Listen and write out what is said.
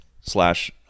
slash